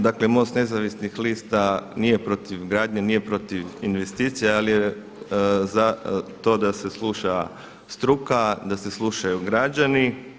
Dakle MOST Nezavisnih lista nije protiv gradnje, nije protiv investicija ali je za to da se sluša struka, da se slušaju građani.